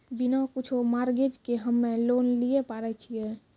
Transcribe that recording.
बिना कुछो मॉर्गेज के हम्मय लोन लिये पारे छियै?